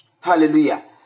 Hallelujah